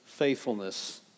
Faithfulness